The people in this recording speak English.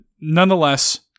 nonetheless